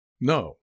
No